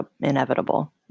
inevitable